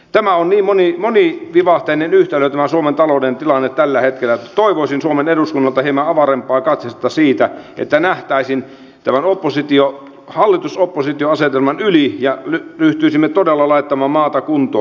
tämä suomen talouden tilanne on niin monivivahteinen yhtälö tällä hetkellä että toivoisin suomen eduskunnalta hieman avarampaa katsetta siinä että näkisimme tämän hallitusoppositio asetelman yli ja ryhtyisimme todella laittamaan maata kuntoon